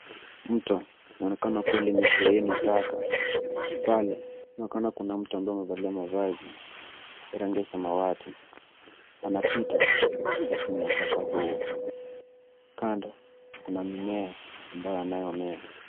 Mto unaonekana kuwa limesheheni taka. Pale inaonekana kuna mtu ambaye amevalia mavazi ya rangi ya samawati. Anapita katikati mwa taka huo. Kando kuna mimea ambayo yanayomea.